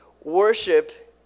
Worship